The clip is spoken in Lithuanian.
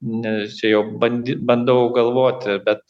nes čia jau bandy bandau galvoti bet